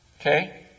Okay